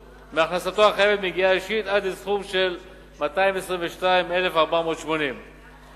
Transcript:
מהכנסתו החייבת מיגיעה אישית עד לסכום של 222,480 שקל.